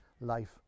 life